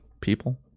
people